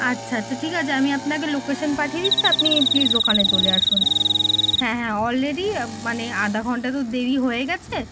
আচ্ছা আচ্ছা ঠিক আছে আমি আপনাকে লোকেশন পাঠিয়ে দিচ্ছি আপনি প্লিস ওখানে চলে আসুন হ্যাঁ হ্যাঁ অলরেডি মানে আধা ঘন্টা তো দেরি হয়ে গেছে